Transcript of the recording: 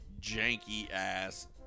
janky-ass